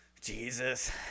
Jesus